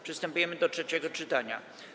Przystępujemy do trzeciego czytania.